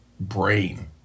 brain